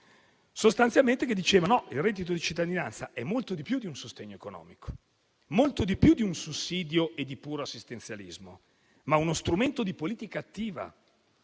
intervenne dopo di me - il reddito di cittadinanza è molto di più di un sostegno economico, molto di più di un sussidio e di puro assistenzialismo, è uno strumento di politica attiva